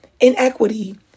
inequity